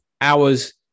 hours